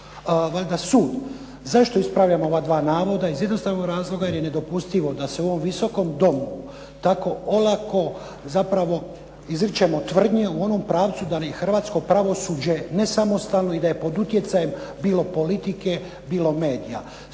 valjda sud. Zašto ispravljam ova dva navoda? Iz jednostavnog razloga jer je nedopustivo da se u ovom Visokom domu tako olako zapravo izričemo tvrdnje u onom pravcu da ni hrvatsko pravosuđe nesamostalno i da je pod utjecajem bilo politike bilo medija.